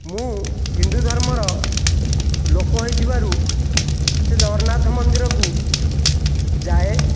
ମୁଁ ହିନ୍ଦୁଧର୍ମର ଲୋକ ହୋଇଥିବାରୁ ସେ ଜଗନ୍ନାଥ ମନ୍ଦିରକୁ ଯାଏ